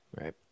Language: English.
Right